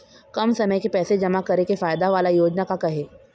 कम समय के पैसे जमा करे के फायदा वाला योजना का का हे?